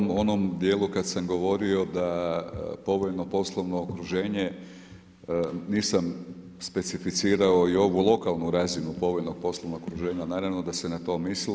To je u onom dijelu kada sam govorio da povoljno poslovno okruženje nisam specificirao i ovu lokalnu razinu povoljnog poslovnog okruženja, naravno da se na to mislilo.